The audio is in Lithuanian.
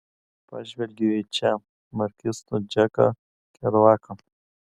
pažvelgiu į če marksistų džeką keruaką